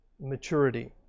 maturity